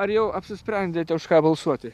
ar jau apsisprendėte už ką balsuoti